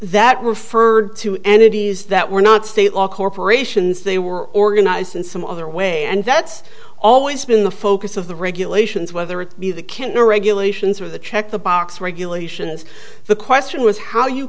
that referred to energies that were not state law corporations they were organized in some other way and that's always been the focus of the regulations whether it be the can't know regulations or the check the box regulations the question was how you